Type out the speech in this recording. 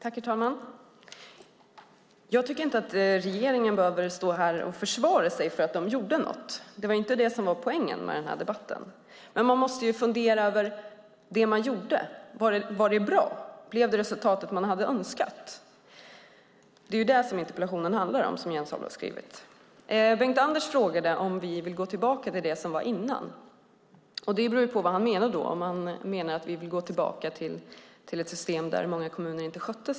Herr talman! Jag tycker inte att regeringen behöver stå här och försvara att de gjorde något. Det var inte det som var poängen med den här debatten. Men man måste fundera över det man gjorde. Var det bra? Blev resultatet det man hade önskat? Det är det som interpellationen, som Jens Holm har skrivit, handlar om. Bengt-Anders frågade om vi vill gå tillbaka till det som var tidigare. Det beror på vad han menar. Menar han att vi vill gå tillbaka till ett system där många kommuner inte skötte sig?